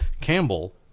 Campbell –